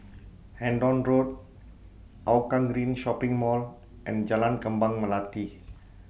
Hendon Road Hougang Green Shopping Mall and Jalan Kembang Melati